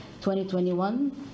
2021